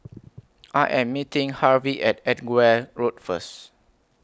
I Am meeting Harvey At Edgware Road First